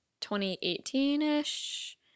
2018-ish